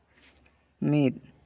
ᱢᱤᱫ